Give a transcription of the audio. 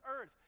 earth